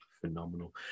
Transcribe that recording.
phenomenal